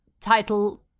title